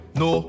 no